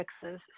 fixes